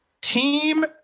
Team